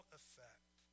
effect